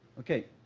okay.